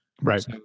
right